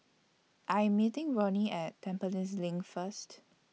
I Am meeting Ronin At Tampines LINK First